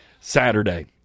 Saturday